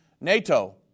NATO